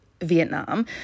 Vietnam